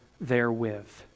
therewith